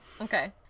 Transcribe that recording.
Okay